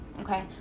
Okay